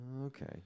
Okay